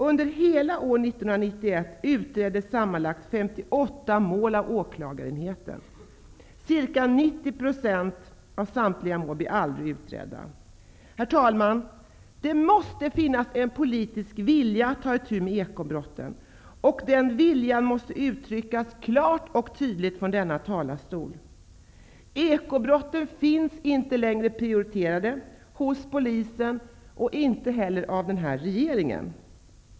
Under hela 1991 utreddes sammanlagt 58 mål av åklagarenheten. Ca 90 % av samtliga mål blir aldrig utredda. Herr talman! Det måste finnas en politisk vilja att ta itu med ekobrotten, och denna vilja måste uttryckas klart och tydligt från denna talarstol. Ekobrotten prioriteras inte längre av polisen och inte heller av den här regeringen.